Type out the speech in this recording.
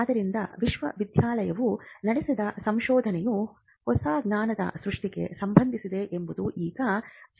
ಆದ್ದರಿಂದ ವಿಶ್ವವಿದ್ಯಾನಿಲಯವು ನಡೆಸಿದ ಸಂಶೋಧನೆಯು ಹೊಸ ಜ್ಞಾನದ ಸೃಷ್ಟಿಗೆ ಸಂಬಂಧಿಸಿದೆ ಎಂಬುದು ಈಗ ಸ್ಪಷ್ಟವಾಗಿದೆ